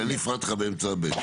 אני הפרעתי לך באמצע (ב).